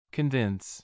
Convince